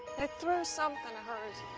threw something of hers.